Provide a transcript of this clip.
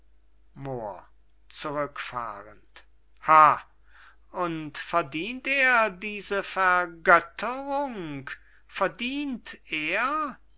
ha und verdient er diese vergötterung verdient er